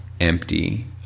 empty